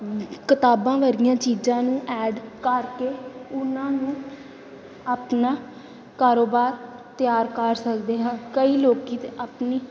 ਕਿਤਾਬਾਂ ਵਰਗੀਆਂ ਚੀਜ਼ਾਂ ਨੂੰ ਐਡ ਕਰਕੇ ਉਹਨਾਂ ਨੂੰ ਆਪਣਾ ਕਾਰੋਬਾਰ ਤਿਆਰ ਕਰ ਸਕਦੇ ਹਾਂ ਕਈ ਲੋਕ ਤਾਂ ਆਪਣੀ